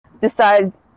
decides